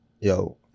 yo